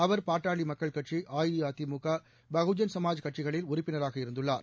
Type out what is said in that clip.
அவர் பாட்டாளி மக்கள் கட்சி அஇஅதிமுக பகுஜன் சமாஜ் கட்சிகளில் உறுப்பினராக இருந்துள்ளார்